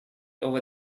over